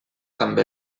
també